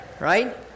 right